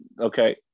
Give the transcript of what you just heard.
Okay